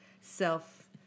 Self